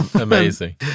Amazing